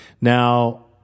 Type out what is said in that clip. Now